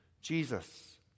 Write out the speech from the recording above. Jesus